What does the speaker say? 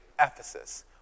Ephesus